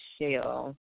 shell